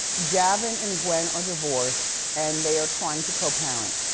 gavin and gwen are divorced and they are trying to co-parent.